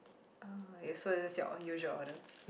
yes so is this your on usual order